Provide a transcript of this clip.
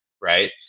Right